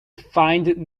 find